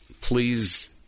please